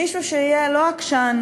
מישהו שיהיה לא-עקשן,